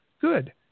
Good